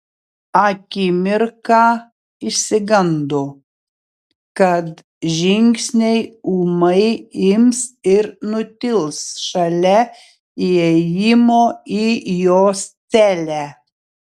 akimirką išsigando kad žingsniai ūmai ims ir nutils šalia įėjimo į jos celę